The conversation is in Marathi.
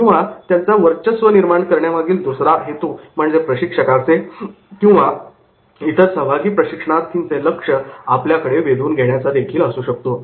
' किंवा त्यांचा वर्चस्व निर्माण करण्यामागील दुसरा हेतू म्हणजे प्रशिक्षकाचे किंवा इतर सहभागी प्रशिक्षणार्थींचे लक्ष आपल्याकडे वेधून घेण्याचा देखील असू शकतो